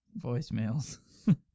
Voicemails